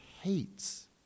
hates